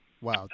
wow